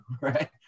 right